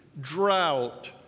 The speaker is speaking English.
drought